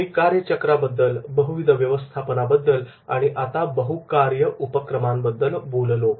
मी कार्य चक्रबद्दल बहुविध व्यवस्थापनाबद्दल आणि आता बहुकार्य उपक्रमांबद्दल बोललो